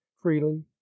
freely